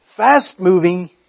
fast-moving